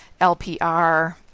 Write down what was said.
LPR